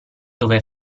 dove